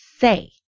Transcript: say